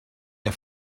der